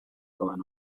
going